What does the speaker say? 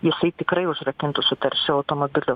jisai tikrai užrakintų su taršiu automobiliu